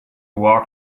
walk